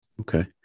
Okay